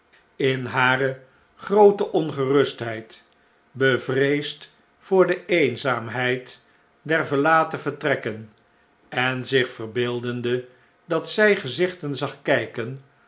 in hare groote ongerustheid bevreesd voor de eenzaamheid der verlaten vertrekken en zich verbeeldende dat zjj gezichten zag kflken